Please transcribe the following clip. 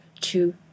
two